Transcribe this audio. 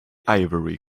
ivory